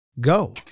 Go